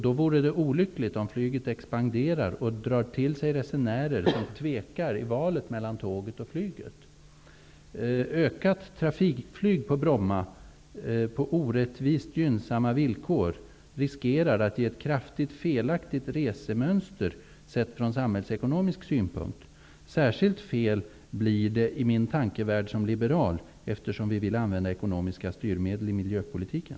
Det vore då olyckligt om flyget expanderar och drar till sig resenärer som tvekar i valet mellan tåget och flyget. Ökat trafikflyg på Bromma på orättvist gynnsamma villkor riskerar att ge ett kraftigt felaktigt resemönster sett från samhällsekonomisk synpunkt. Särskilt fel blir det i den tankevärld som jag som liberal representerar, eftersom vi liberaler vill använda ekonomiska styrmedel i miljöpolitiken.